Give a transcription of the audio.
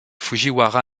fujiwara